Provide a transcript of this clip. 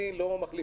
אני אמרתי